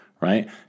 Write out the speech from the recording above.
right